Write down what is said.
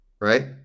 right